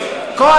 תודה.